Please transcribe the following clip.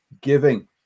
giving